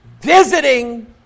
Visiting